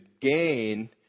gain